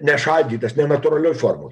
nešaldytas nenatūralioj formoj